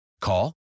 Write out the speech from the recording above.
Call